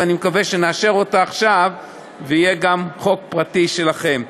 ואני מקווה שנאשר אותה עכשיו ויהיה גם חוק פרטי שלכם.